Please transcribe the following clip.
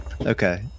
okay